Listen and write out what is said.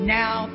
now